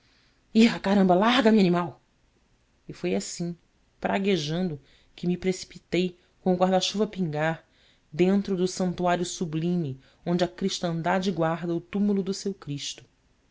irra caramba larga me animal e foi assim praguejando que me precipitei com o guarda-chuva a pingar dentro do santuário sublime onde a cristandade guarda o túmulo do seu cristo